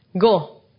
Go